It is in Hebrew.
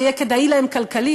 זה יהיה כדאי להם כלכלית,